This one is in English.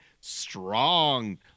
strong